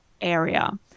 area